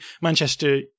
Manchester